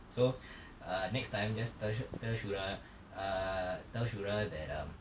so err next time you just tell sh~ tell shura err tell shura that um